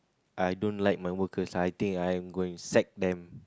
I don't like my workers I think I'm going sack them